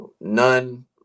None